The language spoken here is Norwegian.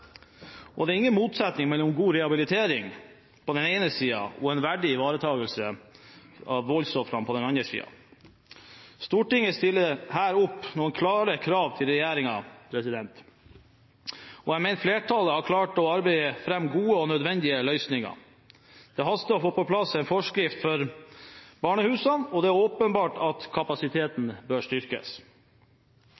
Og det er ingen motsetning mellom god rehabilitering på den ene siden og en verdig ivaretakelse av voldsofrene på den andre siden. Stortinget stiller her noen klare krav til regjeringen, og jeg mener flertallet har klart å arbeide fram gode og nødvendige løsninger. Det haster å få på plass en forskrift for barnehusene, og det er åpenbart at kapasiteten